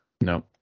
No